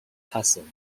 cousin